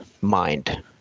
mind